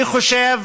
אני חושב